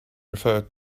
referred